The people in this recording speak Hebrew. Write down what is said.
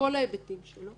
בכל ההיבטים שלו